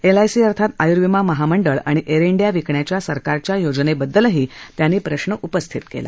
LIC अर्थात आयुर्विमा महामंडळ आणि एअर डिया विकण्याच्या सरकारच्या योजनेबद्दलही त्यांनी प्रश्न उपस्थित केला